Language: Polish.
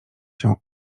się